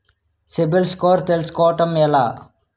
CIBIL score తెల్సుకోటం ఎలా?